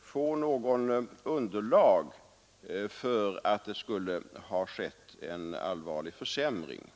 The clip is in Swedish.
få något underlag för att det skulle ha skett en allvarlig försämring.